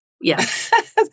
yes